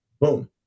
Boom